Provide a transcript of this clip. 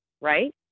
right